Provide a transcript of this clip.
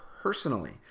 personally